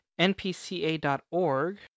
NPCA.org